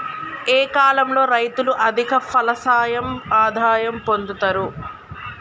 ఏ కాలం లో రైతులు అధిక ఫలసాయం ఆదాయం పొందుతరు?